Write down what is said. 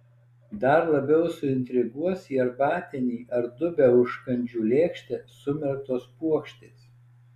dar labiau suintriguos į arbatinį ar dubią užkandžių lėkštę sumerktos puokštės